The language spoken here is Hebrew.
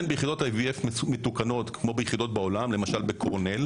ביחידות IVF מתוקנות כמו ביחידות בעולם למשל בקורנל